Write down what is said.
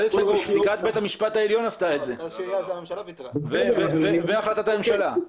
פסיקת בית המשפט העליון עשתה את זה והחלטת הממשלה.